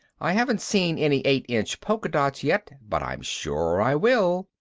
i haven't seen any eight-inch polka-dots yet but i'm sure i will.